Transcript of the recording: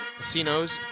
Casinos